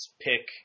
pick